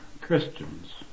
Christians